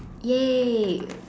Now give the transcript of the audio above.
!yay!